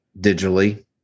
digitally